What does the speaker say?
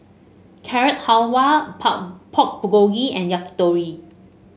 Carrot Halwa Pork Bulgogi and Yakitori